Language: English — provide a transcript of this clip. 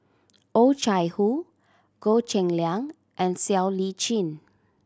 Oh Chai Hoo Goh Cheng Liang and Siow Lee Chin